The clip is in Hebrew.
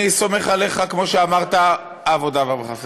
אני סומך עליך כמו שאמרת, עבודה ורווחה.